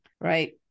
right